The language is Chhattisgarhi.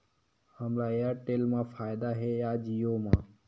हमला एयरटेल मा फ़ायदा हे या जिओ मा?